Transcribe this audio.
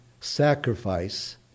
sacrifice